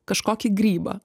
kažkokį grybą